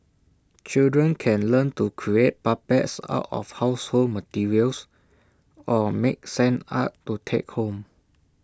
children can learn to create puppets out of household materials or make sand art to take home